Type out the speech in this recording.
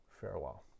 farewell